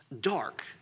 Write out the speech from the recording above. dark